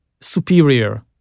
superior